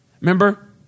Remember